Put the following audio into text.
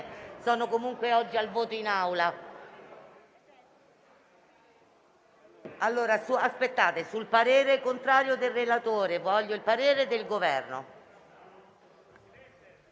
sono comunque oggi al voto in Aula. Allora, aspettate, sul parere contrario del relatore voglio il parere del Governo.